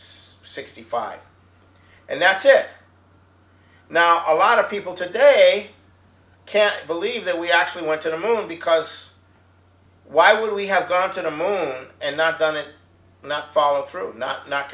sixty five and that's now a lot of people today can't believe that we actually went to the moon because why would we have gone to the moon and not done it not follow through no